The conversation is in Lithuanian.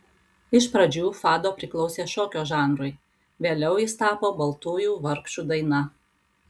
iš pradžių fado priklausė šokio žanrui vėliau jis tapo baltųjų vargšų daina